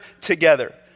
together